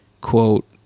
quote